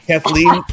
Kathleen